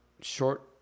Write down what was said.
short